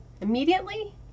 immediately